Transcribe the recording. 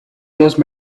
those